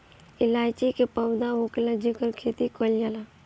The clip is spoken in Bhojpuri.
इलायची के पौधा होखेला जेकर खेती कईल जाला